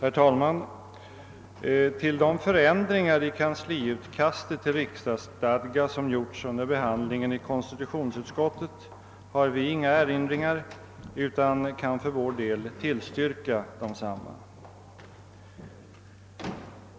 Herr talman! Till de förändringar i kansliutkastet till riksdagsstadga som gjorts under behandlingen i konstitutionsutskottet har vi inga erinringar utan kan för vår del tillstyrka desamma.